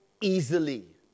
easily